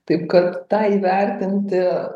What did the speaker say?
taip kad tą įvertinti